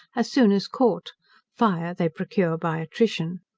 as soon as caught fire they procure by attrition.